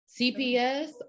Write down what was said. cps